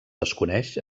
desconeix